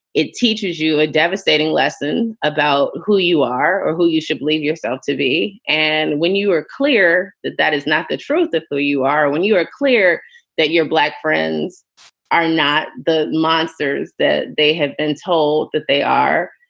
it teaches you a devastating lesson about who you are or who you should believe yourself to be. and when you are clear that that is not the truth of who you are, when you are clear that your black friends are not the monsters that they have been told that they are.